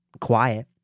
quiet